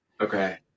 Okay